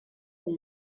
that